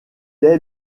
est